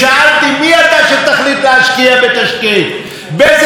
מי נתנך את החוצפה הזו?